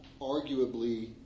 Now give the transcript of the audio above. arguably